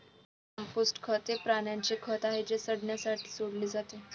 compost खत हे प्राण्यांचे खत आहे जे सडण्यासाठी सोडले जाते